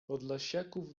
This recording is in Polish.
podlasiaków